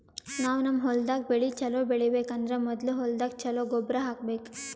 ನಾವ್ ನಮ್ ಹೊಲ್ದಾಗ್ ಬೆಳಿ ಛಲೋ ಬೆಳಿಬೇಕ್ ಅಂದ್ರ ಮೊದ್ಲ ಹೊಲ್ದಾಗ ಛಲೋ ಗೊಬ್ಬರ್ ಹಾಕ್ಬೇಕ್